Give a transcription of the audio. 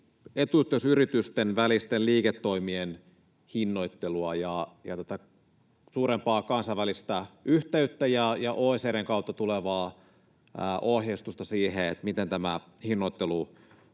etuyhteysyritysten välisten liiketoimien hinnoittelua ja tätä suurempaa kansainvälistä yhteyttä ja OECD:n kautta tulevaa ohjeistusta siihen, miten tämä hinnoittelu kuuluu